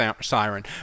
siren